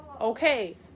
Okay